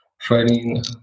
fighting